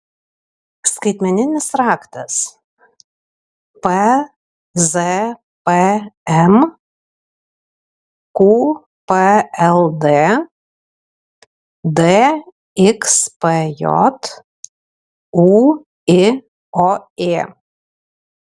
skaitmeninis raktas pzpm qpld dxpj ūioė